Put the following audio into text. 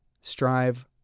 strive